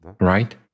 Right